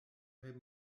kaj